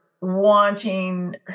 wanting